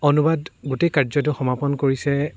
অনুবাদ গোটেই কাৰ্যটো সমাপন কৰিছে